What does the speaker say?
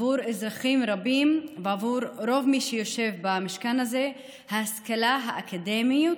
בעבור אזרחים רבים ובעבור רוב מי שיושב במשכן הזה ההשכלה האקדמית,